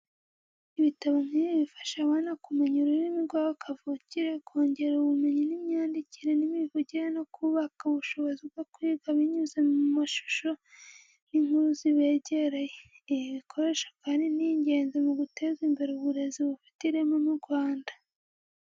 Ibitabo nk’ibi bifasha abana kumenya ururimi rwabo kavukire, kongera ubumenyi bw’imyandikire n’imivugire no kubaka ubushobozi bwo kwiga binyuze mu mashusho n’inkuru zibegereye. Ibi bikoresho kandi ni ingenzi mu guteza imbere uburezi bufite ireme mu Rwanda.